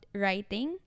writing